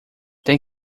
tem